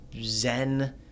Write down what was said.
zen